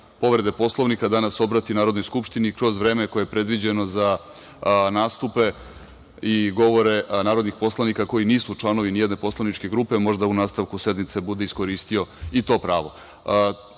povrede Poslovnika, danas obrati Narodnoj skupštini kroz vreme koje je predviđeno za nastupe i govore narodnih poslanika koji nisu članovi nijedne poslaničke grupe. Možda u nastavku sednice bude iskoristio i to